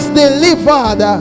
delivered